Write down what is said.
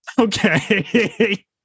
Okay